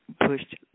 pushed